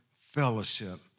fellowship